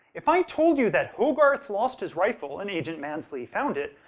if i told you that hogarth lost his rifle, and agent mansley found it,